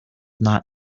not